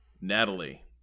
Natalie